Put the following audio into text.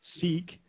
Seek